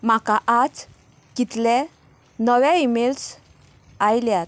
म्हाका आज कितले नवे ईमेल्स आयल्यात